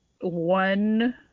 one